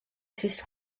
sis